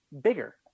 bigger